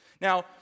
Now